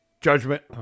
judgment